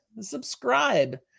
subscribe